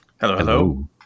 Hello